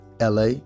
LA